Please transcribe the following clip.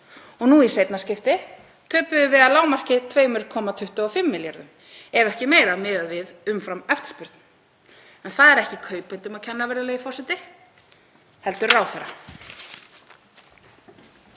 Nú í seinna skipti töpuðum við að lágmarki 2,25 milljörðum, ef ekki meira, miðað við umframeftirspurn. En það er ekki kaupendum að kenna, virðulegi forseti, heldur ráðherra.